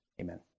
amen